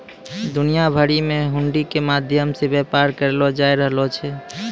दुनिया भरि मे हुंडी के माध्यम से व्यापार करलो जाय रहलो छै